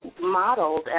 modeled